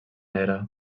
era